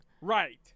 Right